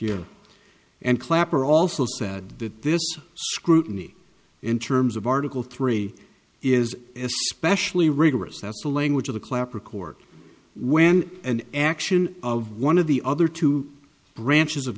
year and clapper also said that this scrutiny in terms of article three is especially rigorous that's the language of the clapper court when an action of one of the other two branches of